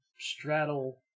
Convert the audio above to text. straddle